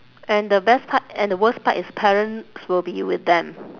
and the best part and the worst part is parents will be with them